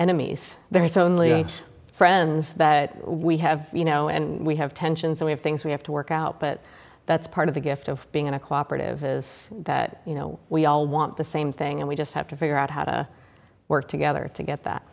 enemies there's only friends that we have you know and we have tensions so we have things we have to work out but that's part of the gift of being in a cooperative is that you know we all want the same thing and we just have to figure out how to work together to get that